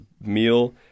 meal